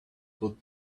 put